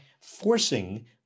forcing